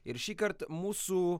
ir šįkart mūsų